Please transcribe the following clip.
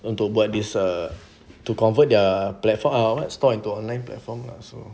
to avoid this err to convert their platform store into online platform lah so